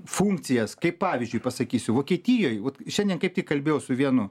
funkcijas kaip pavyzdžiui pasakysiu vokietijoj šiandien kaip tik kalbėjau su vienu